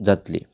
जातली